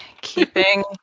keeping